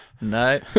No